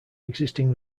existing